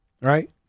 right